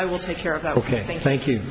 i will take care of that ok thank you